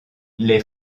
les